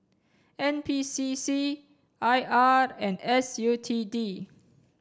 N P C C I R and S U T D